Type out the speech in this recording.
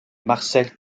marcel